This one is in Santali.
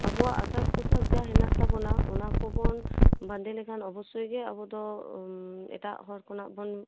ᱟᱵᱚᱣᱟᱜ ᱟᱥᱟᱠ ᱯᱳᱥᱟᱠ ᱡᱟ ᱦᱮᱱᱟᱜ ᱛᱟᱵᱚᱱᱟ ᱚᱱᱟ ᱠᱚᱵᱚᱱ ᱵᱟᱸᱫᱮ ᱞᱮᱠᱷᱟᱱ ᱚᱵᱚᱥᱥᱳᱭ ᱜᱮ ᱟᱵᱚᱫᱚ ᱮᱴᱟᱜ ᱦᱚᱲ ᱠᱷᱚᱱᱟᱜ ᱵᱚᱱ